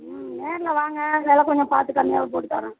ம் நேரில் வாங்க வெலை கொஞ்சம் பார்த்து கம்மியாகவே போட்டுத் தரேன்